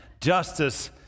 Justice